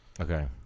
Okay